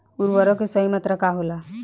उर्वरक के सही मात्रा का होला?